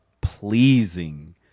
pleasing